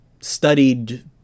studied